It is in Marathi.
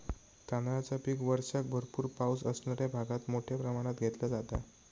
तांदळाचा पीक वर्षाक भरपूर पावस असणाऱ्या भागात मोठ्या प्रमाणात घेतला जाता